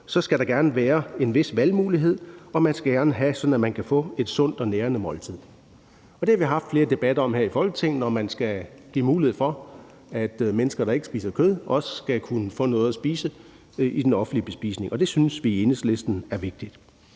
så skal der gerne være en vis valgmulighed, og det skal gerne være sådan, at man kan få et sundt og nærende måltid. Vi har haft flere debatter her i Folketinget om, om man skal give mulighed for, at mennesker, der ikke spiser kød, også skal kunne få noget at spise i den offentlige bespisning, og det synes vi i Enhedslisten er vigtigt.